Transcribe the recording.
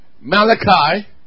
Malachi